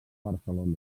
barcelona